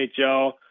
NHL